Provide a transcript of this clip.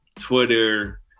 Twitter